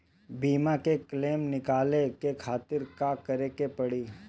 बीमा के क्लेम निकाले के खातिर का करे के पड़ी?